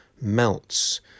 Melts